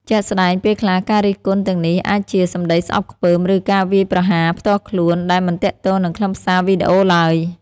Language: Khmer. ជាក់ស្ដែង ពេលខ្លះការរិះគន់ទាំងនេះអាចជា សម្ដីស្អប់ខ្ពើម ឬ ការវាយប្រហារផ្ទាល់ខ្លួន ដែលមិនទាក់ទងនឹងខ្លឹមសារវីដេអូឡើយ។